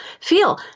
feel